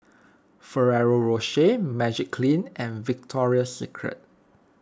Ferrero Rocher Magiclean and Victoria Secret